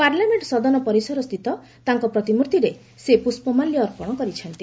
parliament ସଦନ ପରିସରସ୍ଥିତ ତାଙ୍କର ପ୍ରତିମୂର୍ତ୍ତିରେ ସେ ପୁଷ୍ପମାଲ୍ୟ ଅର୍ପଣ କରିଛନ୍ତି